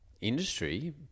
industry